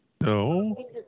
No